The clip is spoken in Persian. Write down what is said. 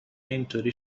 اینطور